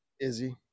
Izzy